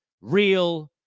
real